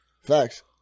Facts